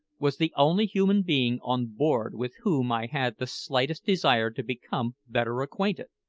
was the only human being on board with whom i had the slightest desire to become better acquainted.